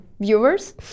viewers